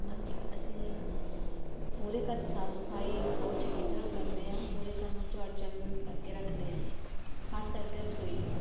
ਹਾਂਜੀ ਅਸੀਂ ਪੂਰੇ ਘਰ ਦੀ ਸਾਫ਼ ਸਫਾਈ ਬਹੁਤ ਚੰਗੀ ਤਰ੍ਹਾਂ ਕਰਦੇ ਹਾਂ ਪੂਰੇ ਘਰ ਨੂੰ ਝਾੜ ਝੰਬ ਕਰਕੇ ਰੱਖਦੇ ਹਾਂ ਖਾਸ ਕਰਕੇ ਰਸੋਈ ਨੂੰ